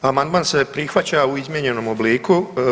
Amandman se prihvaća u izmijenjenom obliku.